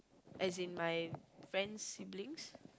as in my friend's siblings